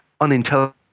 unintelligent